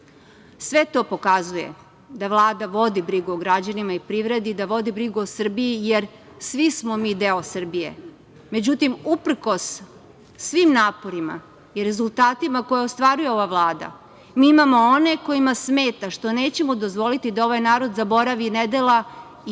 to pokazuje da Vlada vodi brigu o građanima i privredi, da vodi brigu o Srbiji, jer, svi smo mi deo Srbije.Međutim, uprkos svim naporima i rezultatima koje ostvaruje ova Vlada, mi imamo one kojima smeta što nećemo dozvoliti da ovaj narod zaboravi nedela i pljačke,